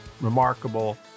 remarkable